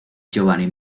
giovanni